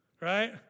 right